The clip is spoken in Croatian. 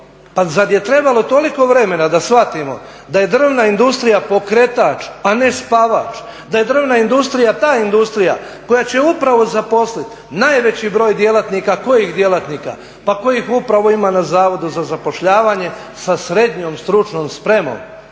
zar je trebalo toliko vremena da shvatimo da je drvna industrija pokretač, a ne spavač? Da je drvna industrija ta industrija koja će upravo zaposliti najveći broj djelatnika. Kojih djelatnika? Pa kojih upravo ima na Zavodu za zapošljavanje sa srednjom stručnom spremom.